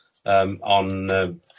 On